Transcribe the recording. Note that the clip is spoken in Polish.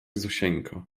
zosieńko